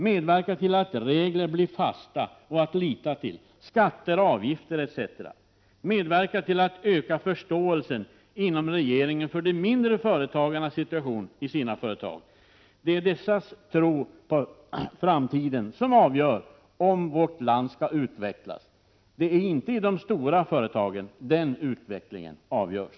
Medverka till att regler blir fasta och något att lita till! Vad gäller skatter, avgifter etc. : Medverka till att öka regeringens förståelse för de mindre företagarnas situation! Det är dessas tro på framtiden som avgör om vårt land skall utvecklas. Det är inte i de stora företagen som den utvecklingen avgörs.